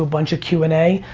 ah bunch of q and a,